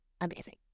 amazing